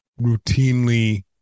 routinely